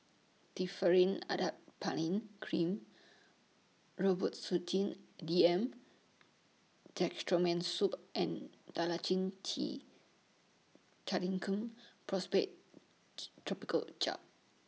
Differin Adapalene Cream Robitussin D M Dextromethorphan Syrup and Dalacin T Clindamycin Phosphate Topical Gel